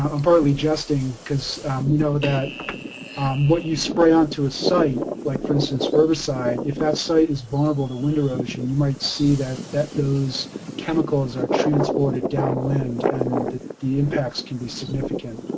i'm partly jesting because we know that what you spray onto a site, like for instance herbicide, if that site is vulnerable to wind erosion you might see that, that those chemicals are transported downwind and that the impacts can be significant.